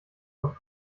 und